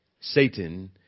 Satan